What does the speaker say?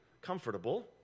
comfortable